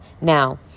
now